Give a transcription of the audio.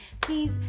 Please